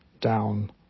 down